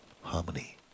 harmony